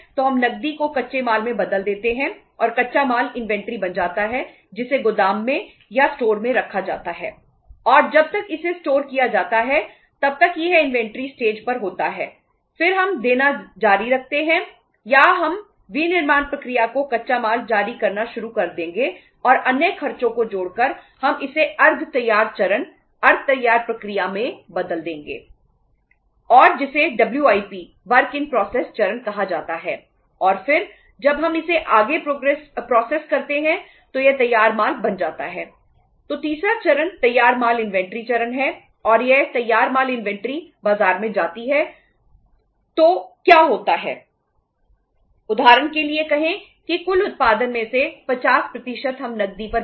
फिर हम देना जारी रखते हैं या हम विनिर्माण प्रक्रिया को कच्चा माल जारी करना शुरू कर देंगे और अन्य खर्चों को जोड़कर हम इसे अर्द्ध तैयार चरण अर्ध तैयार प्रक्रिया में बदल देंगे